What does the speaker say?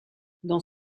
dans